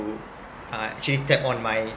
uh actually tap on my